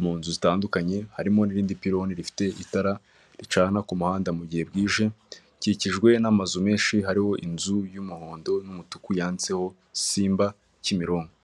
mu nzu zitandukanye, harimo n'irindi pironi rifite itara, ricana ku muhanda mu gihe bwije. Rikikijwe n'amazu menshi hariho inzu y'umuhondo n'umutuku yanditseho Simba Kimironko.